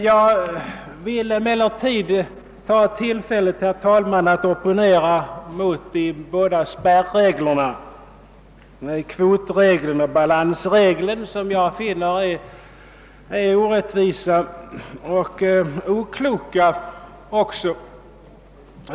Jag vill emellertid begagna tillfället, herr talman, till att opponera mot de båda spärreglerna, kvotregeln och balansregeln, som jag finner orättvisa och okloka.